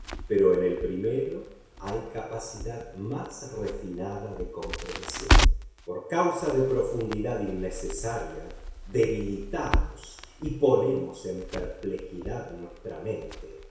pero en el primero hay capacidad más refinada de comprensión por causa de profundidad innecesaria debilitamos y ponemos en perplejidad nuestra mente